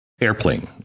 airplane